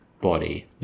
body